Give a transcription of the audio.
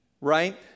right